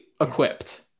equipped